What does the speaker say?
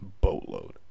boatload